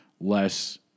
less